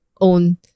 own